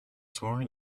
sworn